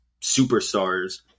superstars